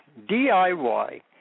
DIY